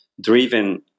driven